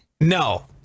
No